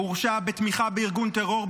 הוא הורשע בתמיכה בארגון טרור,